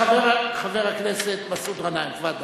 חבר הכנסת מסעוד גנאים, תפאדל.